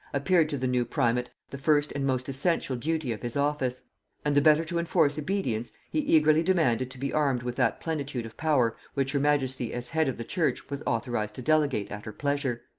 appeared to the new primate the first and most essential duty of his office and the better to enforce obedience, he eagerly demanded to be armed with that plenitude of power which her majesty as head of the church was authorized to delegate at her pleasure.